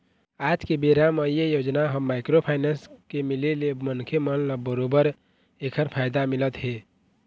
आज के बेरा म ये योजना ले माइक्रो फाइनेंस के मिले ले मनखे मन ल बरोबर ऐखर फायदा मिलत हे